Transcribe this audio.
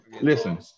Listen